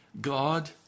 God